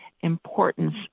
importance